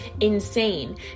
insane